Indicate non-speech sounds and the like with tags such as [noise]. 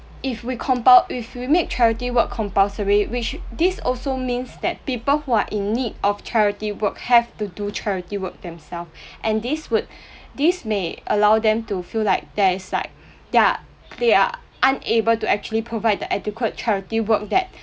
if we compul~ if we make charity work compulsory which this also means that people who are in need of charity work have to do charity work themselves [breath] and this would [breath] this may allow them to feel like there's like they're they are unable to actually provide the adequate charity work that